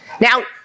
Now